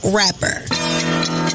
rapper